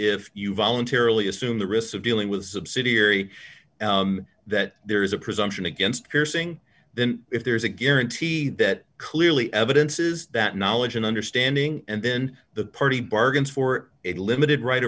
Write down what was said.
if you voluntarily assume the risks of dealing with a subsidiary that there is a presumption against piercing then if there is a guarantee that clearly evidence is that knowledge and understanding and then the party bargains for a limited right